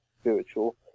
spiritual